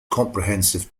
comprehensive